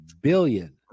billion